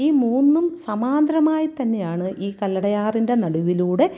ഈ മൂന്നും സമാന്തരമായിത്തന്നെയാണ് ഈ കല്ലടയാറിൻ്റെ നടുവിലൂടെ